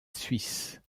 suisse